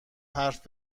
حرف